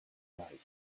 paris